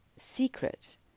Secret